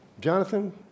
Jonathan